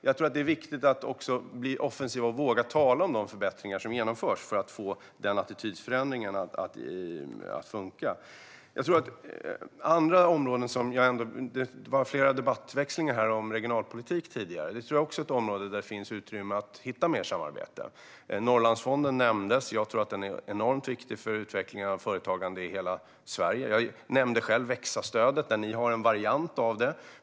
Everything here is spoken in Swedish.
Jag tror att det är viktigt att bli offensiv och våga tala om de förbättringar som genomförs för att vi ska få den attitydförändringen att funka. Det var flera ordväxlingar om regionalpolitik tidigare. Det tror jag också är ett område där det finns utrymme att hitta mer samarbete. Norrlandsfonden nämndes. Jag tror att den är enormt viktig för utvecklingen av företagande i hela Sverige. Jag nämnde själv Växa-stödet. Ni har en variant av det.